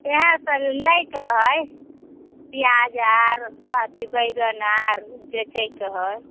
इएहसब लैके रहै पिआज आओर बैगन आओर जे छै